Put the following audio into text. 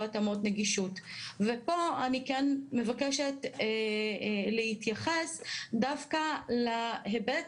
התאמות נגישות ופה אני כן מבקשת להתייחס דווקא להיבט